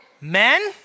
men